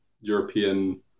European